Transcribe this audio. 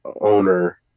owner